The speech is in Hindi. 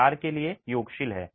मोर्टार के लिए योगशील